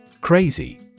Crazy